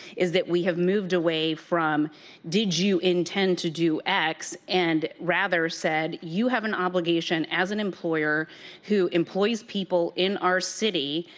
is that, we have moved away from did you intend to do, and rather sad, you have an obligation as an employer who employs people in our city,